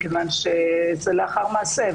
מכיוון שזה לאחר מעשה.